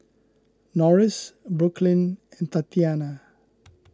Norris Brooklynn and Tatyana